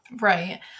Right